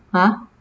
!huh!